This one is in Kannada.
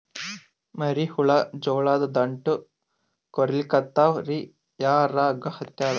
ಮರಿ ಹುಳ ಜೋಳದ ದಂಟ ಕೊರಿಲಿಕತ್ತಾವ ರೀ ಯಾ ರೋಗ ಹತ್ಯಾದ?